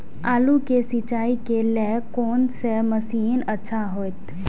आलू के सिंचाई के लेल कोन से मशीन अच्छा होते?